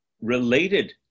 related